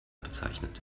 bezeichnet